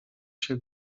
się